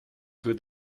wird